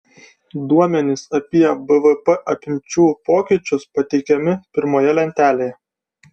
duomenys apie bvp apimčių pokyčius pateikiami pirmoje lentelėje